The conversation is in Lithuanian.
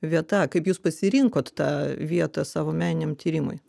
vieta kaip jūs pasirinkot tą vietą savo meniniam tyrimui